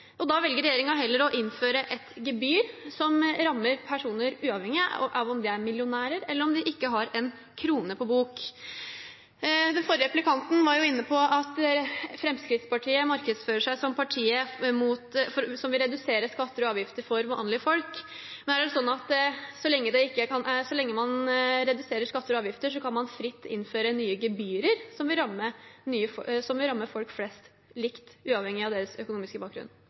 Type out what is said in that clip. og da velger regjeringen heller å innføre et gebyr som rammer personer uavhengig av om de er millionærer eller ikke har en krone på bok. Den forrige replikanten var inne på at Fremskrittspartiet markedsfører seg som partiet som vil redusere skatter og avgifter for vanlige folk. Er det slik nå at så lenge man reduserer skatter og avgifter, kan man fritt innføre nye gebyrer som rammer folk flest, likt, uavhengig av deres økonomiske bakgrunn?